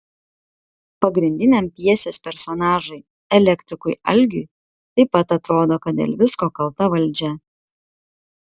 pagrindiniam pjesės personažui elektrikui algiui taip pat atrodo kad dėl visko kalta valdžia